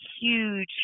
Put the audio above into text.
huge